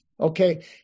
okay